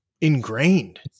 ingrained